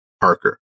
Parker